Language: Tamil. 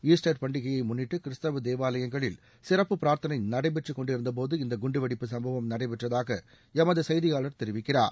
ாஸ்டர் பண்டிகையை முன்னிட்டு கிறிஸ்துவ தேவாலயங்களில் சிறப்பு பிரார்த்தளை நடைபெற்றுக் கொண்டிருந்த போது இந்த குண்டுவெடிப்பு சம்பவம் நடைபெற்றதாக எமது செய்தியாளர் தெரிவிக்கிறார்